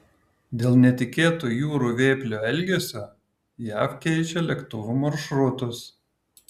dėl netikėto jūrų vėplių elgesio jav keičia lėktuvų maršrutus